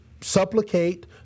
supplicate